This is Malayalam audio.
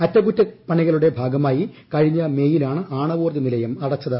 അറ്റകുറ്റപ്പണികളുടെ ഭാഗമായി കഴിഞ്ഞ മേയിൽ ആണ് ആണവോർജ്ജനിലയം അടച്ചത്